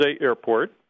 Airport